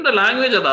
language